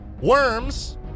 Worms